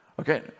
Okay